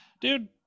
dude